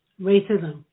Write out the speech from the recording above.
Racism